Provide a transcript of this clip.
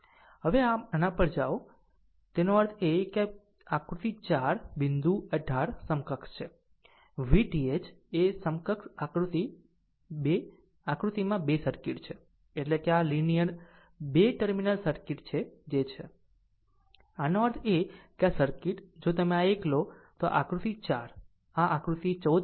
હવે આ પર જાઓ તેનો અર્થ એ કે આકૃતિ 4 બિંદુ 18 સમકક્ષ છે V TH એ સમકક્ષ આકૃતિમાં 2 સર્કિટ છે એટલે કે આ લીનીયર 2 ટર્મિનલ સર્કિટ છે જે છે આનો અર્થ એ છે કે આ સર્કિટ જો તમે આ એક લો કે આકૃતિ 4 આ આકૃતિ 14